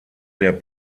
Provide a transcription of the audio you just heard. der